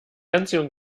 anziehung